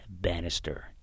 Bannister